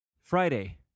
Friday